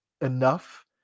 enough